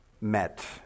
met